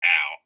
Out